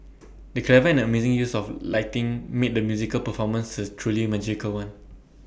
the clever and amazing use of lighting made the musical performance A truly magical one